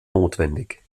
notwendig